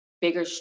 bigger